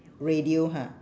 radio ha